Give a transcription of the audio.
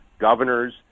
governors